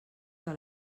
que